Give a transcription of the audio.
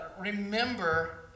remember